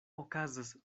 okazas